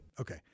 Okay